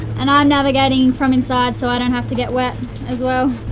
and i'm navigating from inside so i don't have to get wet as well.